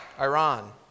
Iran